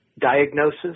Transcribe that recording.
diagnosis